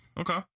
Okay